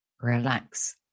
relax